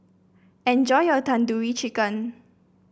enjoy your Tandoori Chicken